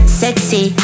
sexy